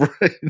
Right